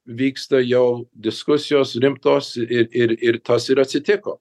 vyksta jau diskusijos rimtos ir ir ir tas ir atsitiko